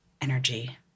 energy